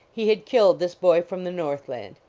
he had killed this boy from the northland.